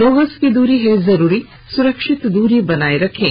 दो गज की दूरी है जरूरी सुरक्षित दूरी बनाए रखें